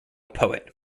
poet